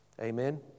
Amen